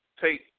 take